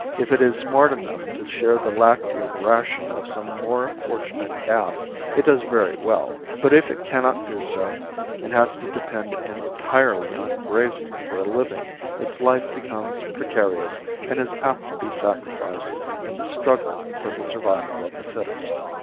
if it is smart enough to share the lacteal ration of some more fortunate calf it does very well, but if it cannot do so and has to depend entirely on grazing for a living its life becomes precarious and is apt to be sacrificed in the struggle for the survival of the fittest.